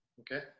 Okay